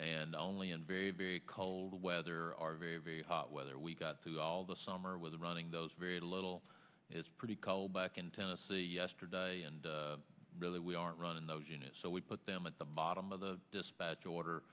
and only in very very cold weather our very very hot weather we've got through all the summer weather running those very little is pretty callback in tennessee yesterday and really we aren't running those units so we put them at the bottom of the dispatch order